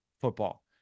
football